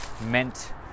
meant